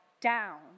down